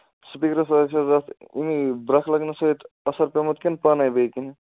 speakers حظ چھِ حظ اَتھ اَمہِ برٛکھ لَگنہٕ سۭتۍ اَثر پٮ۪ومُت کِنہٕ پانَے بیٚیہِ کُنہِ